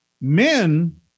men